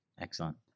Excellent